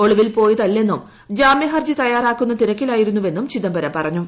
ഒളിവിൽ പോയതല്ലെന്നും ജാമ്യഹർജി തയ്യാറാക്കുന്ന തിരക്കിലായിരുന്നുവെന്നും ചിദംബരം പറഞ്ഞു